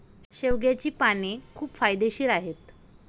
शेवग्याची पाने खूप फायदेशीर आहेत